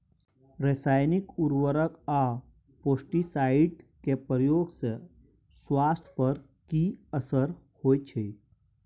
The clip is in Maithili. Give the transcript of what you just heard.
रसायनिक उर्वरक आ पेस्टिसाइड के प्रयोग से स्वास्थ्य पर कि असर होए छै?